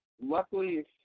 luckily